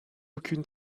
aucune